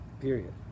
Period